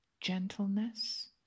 gentleness